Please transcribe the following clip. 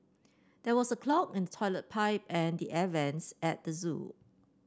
there was a clog in toilet pipe and the air vents at the zoo